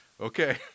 Okay